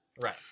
Right